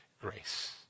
grace